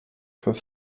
have